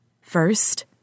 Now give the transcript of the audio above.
First